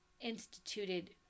instituted